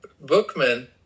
bookman